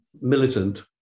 militant